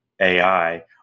AI